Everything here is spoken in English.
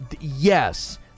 Yes